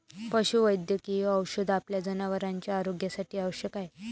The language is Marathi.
पशुवैद्यकीय औषध आपल्या जनावरांच्या आरोग्यासाठी आवश्यक आहे